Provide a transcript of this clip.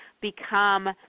Become